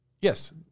Yes